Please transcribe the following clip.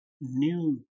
new